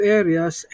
areas